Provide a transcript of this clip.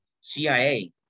CIA